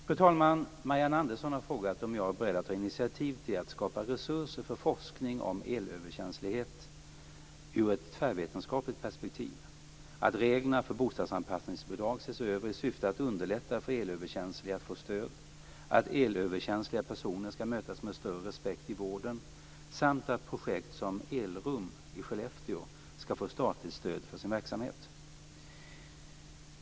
Fru talman! Marianne Andersson har frågat om jag är beredd att ta initiativ till att skapa resurser för forskning om elöverkänslighet ur ett tvärvetenskapligt perspektiv, att reglerna för bostadsanpassningsbidrag ses över i syfte att underlätta för elöverkänsliga att få stöd, att elöverkänsliga personer skall mötas med större respekt i vården samt att projekt som Elrum i Skellefteå skall kunna få statligt stöd för sin verksamhet.